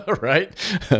right